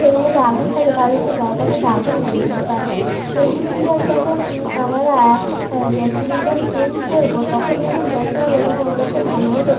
সেখানে যদি আগুন থাকে তাহলে সেই জায়গাটিতে আগুন লেগে যেতে পারে এলপিজি গ্যাস যখন আমরা গ্যাস সিলিন্ডার চেঞ্জ করব তখন যখন গ্যাস লাগাব তখন আমাদেরকে ভালোভাবে